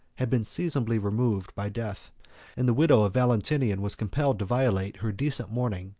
had been seasonably removed by death and the widow of valentinian was compelled to violate her decent mourning,